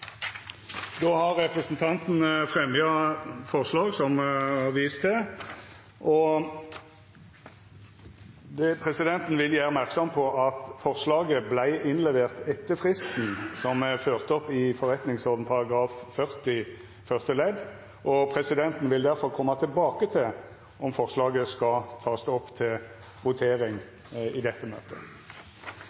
Då har representanten Tuva Moflag teke opp det forslaget ho refererte. Presidenten vil gjera merksam på at forslaget vart innlevert etter fristen som er ført opp i Stortingets forretningsorden § 40 første ledd. Presidenten vil difor koma tilbake til om forslaget skal takast opp til votering i dette møtet.